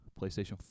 PlayStation